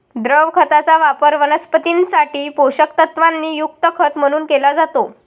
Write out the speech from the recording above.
द्रव खताचा वापर वनस्पतीं साठी पोषक तत्वांनी युक्त खत म्हणून केला जातो